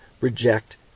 reject